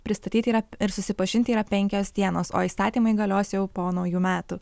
pristatyti yra ir susipažinti yra penkios dienos o įstatymai galios jau po naujų metų